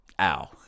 ow